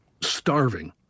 starving